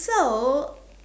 so